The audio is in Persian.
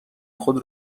خود